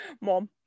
mom